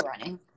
running